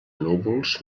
núvols